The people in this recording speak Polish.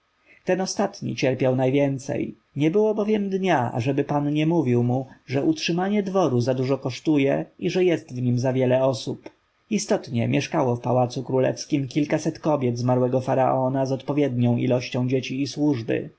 ten ostatni cierpiał najwięcej nie było bowiem dnia ażeby pan nie mówił mu że utrzymanie dworu za dużo kosztuje i że jest w nim za wiele osób istotnie mieszkało w pałacu królewskim kilkaset kobiet zmarłego faraona z odpowiednią ilością dzieci i służby